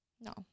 No